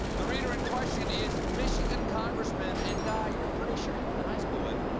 the reader in question is michigan congressman and guy you're pretty sure you went to high school with,